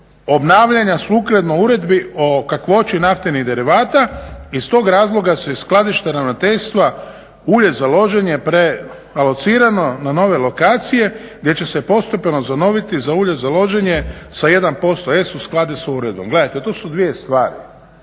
obnavljanja sukladno uredbi o kakvoći naftnih derivata. Iz tog razloga se iz skladišta Ravnateljstva ulje za loženje prealocirano na nove lokacije gdje će se postepeno … za ulje za loženje sa 1% S u skladu s uredbom. Gledajte, to su dvije stvari